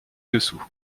dessous